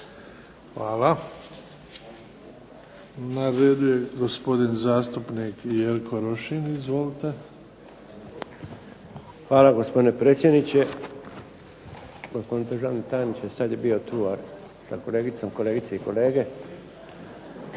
Hvala. Na redu je gospodin zastupnik Jerko Rošin. Izvolite. **Rošin, Jerko (HDZ)** Hvala gospodine predsjedniče, gospodine državni tajniče, sad je bio tu sa kolegicom, kolegice i kolege. Ja